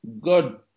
good